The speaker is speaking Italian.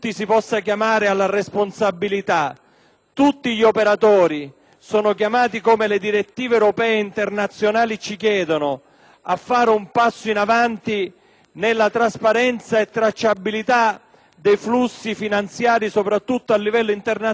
fare un passo in avanti nella trasparenza e tracciabilità dei flussi finanziari, soprattutto a livello internazionale, allora il Partito Democratico sarà pronto con le sue proposte e con le sue iniziative ad andare in tale direzione.